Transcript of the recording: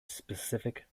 specific